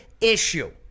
issue